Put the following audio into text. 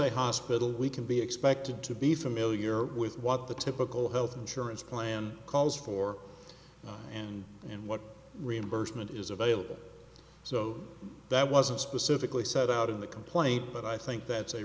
a hospital we can be expected to be familiar with what the typical health insurance plan calls for and and what reimbursement is available so that wasn't specifically said out of the complaint but i think that's a